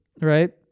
right